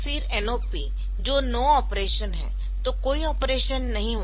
फिर NOP जो no operation है तो कोई ऑपरेशन नहीं होगा